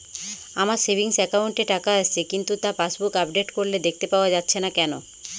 আমার savings account এ টাকা আসছে কিন্তু তা পাসবুক আপডেট করলে দেখতে পাওয়া যাচ্ছে না কেন?